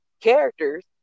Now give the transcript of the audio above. characters